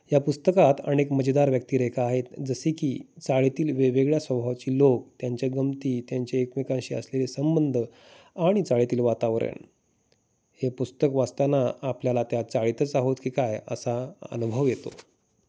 या पुस्तकात अनेक मजेदार व्यक्तिरेखा आहेत जसे की चाळीतील वेगवेगळ्या स्वभाचे लोक त्यांच्या गमती त्यांचे एकमेकांशी असलेले संबंध आणि चाळतील वातावरण हे पुस्तक वाचताना आपल्याला त्या चाळितच आहोत की काय असा अनुभव येतो